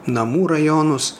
namų rajonus